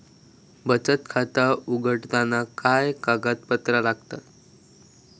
बचत खाता उघडताना काय कागदपत्रा लागतत?